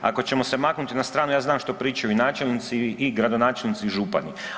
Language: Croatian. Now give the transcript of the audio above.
Ako ćemo se maknuti na stranu, ja znam što pričaju i načelnici i gradonačelnici i župani.